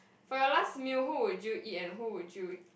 for your last meal who would you eat and who would you